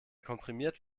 komprimiert